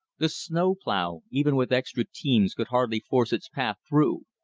the snow-plow, even with extra teams, could hardly force its path through.